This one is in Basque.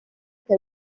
eta